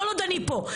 כל עוד אני פה,